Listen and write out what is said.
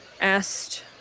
asked